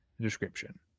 description